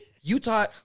Utah